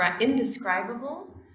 indescribable